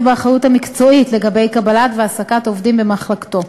באחריות המקצועית לגבי קבלה והעסקה של עובדים במחלקתו.